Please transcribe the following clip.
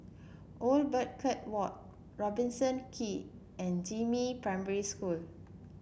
Old Birdcage Walk Robertson Quay and Jiemin Primary School